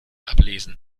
ablesen